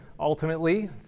ultimately